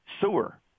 sewer